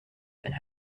and